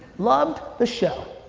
loved the show,